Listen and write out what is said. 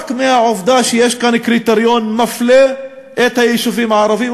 רק מהעובדה שיש כאן קריטריון שמפלה את היישובים הערביים.